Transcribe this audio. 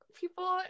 people